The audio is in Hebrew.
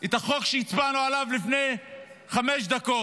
את החוק שהצבענו עליו לפני חמש דקות,